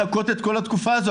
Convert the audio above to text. לחכות את כל התקופה הזו?